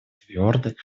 твердой